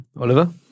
Oliver